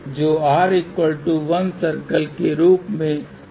इसे r 1 circle के रूप में जाना जाता है